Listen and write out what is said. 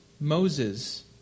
Moses